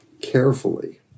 carefully